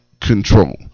control